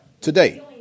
Today